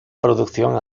producción